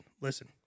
Listen